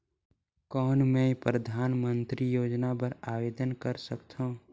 कौन मैं परधानमंतरी योजना बर आवेदन कर सकथव?